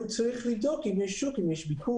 הוא צריך לראות אם יש שוק, אין אם ביקוש.